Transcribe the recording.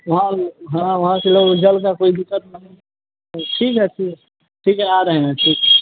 हाँ हाँ वहाँ से जल का कोई विकल्प नहीं है ठीक है ठीक है ठीक है आ रहे हैं